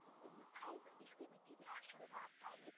یِمن تھایزَن نِش سُیمٕتۍ تیٖتیٛاہ شلوار ٹایِٹ